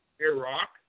Iraq